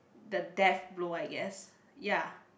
the death blow I guess ya